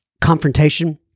confrontation